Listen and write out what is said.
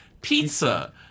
pizza